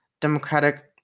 Democratic